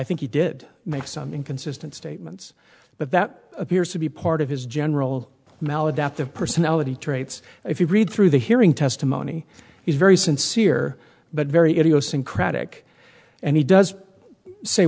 think he did make some inconsistent statements but that appears to be part of his general maladaptive personality traits if you read through the hearing testimony he's very sincere but very idiosyncratic and he does say